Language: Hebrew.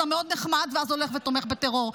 אתה מאוד נחמד, ואז הולך ותומך בטרור.